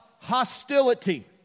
hostility